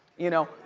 you know.